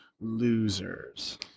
losers